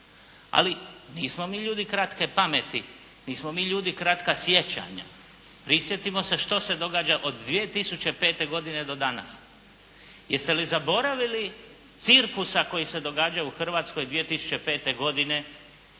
Ali nismo mi ljudi kratke pameti, nismo mi ljudi kratka sjećanja. Prisjetimo se što se događa od 2005. godine do danas. Jeste li zaboravili cirkusa koji se događao u Hrvatskoj 2005. godine